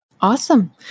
Awesome